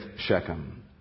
Shechem